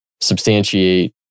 substantiate